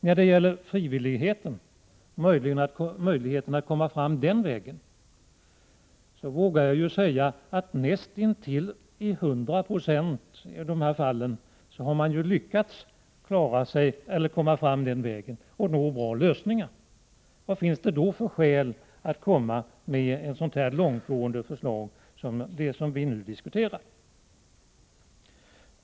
När det gäller möjligheten att komma fram på frivillighetens väg vågar jag säga att man i nästintill 100 96 av de hittills aktuella fallen har lyckats komma fram den vägen och nå bra lösningar. Vad finns det då för skäl att presentera ett så långtgående förslag som det vi nu diskuterar?